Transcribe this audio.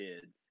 kids